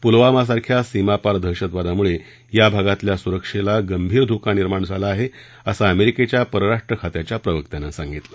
पुलवामा सारख्या सीमापार दहशदवादामुळे या भागातल्या सुरक्षेला गंभीर धोका निर्माण झाला आहे असं अमेरिकेच्या परराष्ट्र खात्याच्या प्रवक्त्यानं सांगितलं